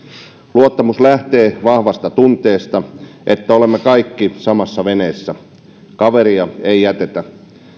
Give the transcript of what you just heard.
luottamus lähtee vahvasta tunteesta että olemme kaikki samassa veneessä kaveria ei jätetä